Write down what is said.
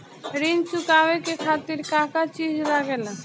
ऋण चुकावे के खातिर का का चिज लागेला?